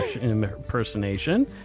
impersonation